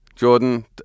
Jordan